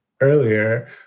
earlier